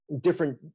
different